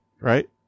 right